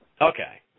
Okay